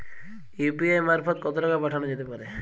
UPI মারফত কত টাকা পাঠানো যেতে পারে?